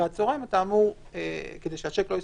כדי שהשיק לא יסורב,